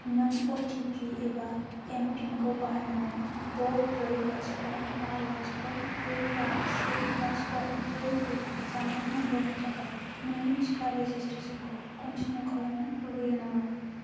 नों O T P एबा M PIN खौ बाहायनानै द ब्रै लाथिख' बा लाथिख' ब्रै बा से लाथिख' ब्रै ब्रै जानबुं नाम्बार नि थाखाय नोंनि टिका रेजिसट्रेसन खौ कनटिनिउ खालामनो लुबैयो नामा